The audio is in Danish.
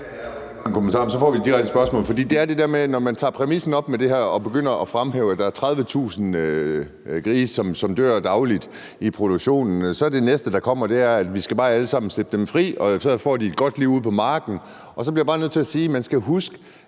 et direkte spørgsmål. For det er det der med, at når man tager den præmis op og begynder at fremhæve, at der er 30.000 grise, som dagligt dør i produktionen, så er det næste, der kommer, at vi bare skal sætte dem alle sammen fri, og så får de et godt liv ude på marken. Så bliver jeg bare nødt til at sige, at man skal huske,